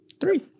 Three